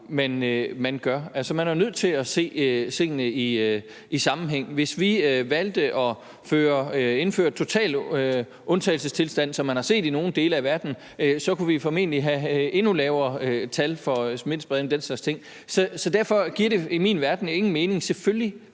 man gør. Altså, man er jo nødt til at se tingene i sammenhæng. Hvis vi valgte at indføre en total undtagelsestilstand, som man har set det i nogle dele af verden, kunne vi formentlig have endnu lavere tal for smittespredning og den slags ting. Så derfor giver det i min verden ingen mening – selvfølgelig